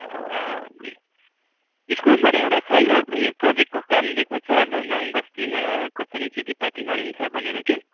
स्कुलबाट एउटा सानो उयो प्रोजेक्टको काम दिएको छ अब गाउँ बस्तीमा कसरी खेतीपाती गरिन्छ भनेर कि